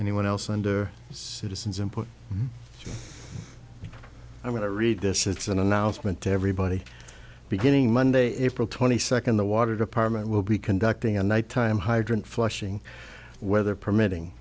anyone else under citizen's input i want to read this it's an announcement to everybody beginning monday april twenty second the water department will be conducting a nighttime hydrant flushing weather permit